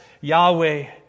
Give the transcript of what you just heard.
Yahweh